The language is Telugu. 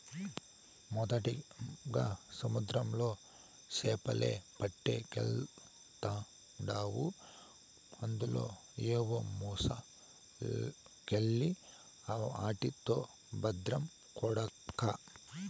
మొదటగా సముద్రంలో సేపలే పట్టకెల్తాండావు అందులో ఏవో మొలసకెల్ని ఆటితో బద్రం కొడకా